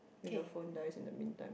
if your phone dies in the mean time